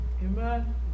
Amen